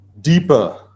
deeper